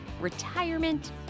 retirement